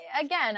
again